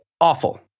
awful